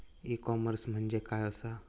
E commerce म्हणजे काय असा?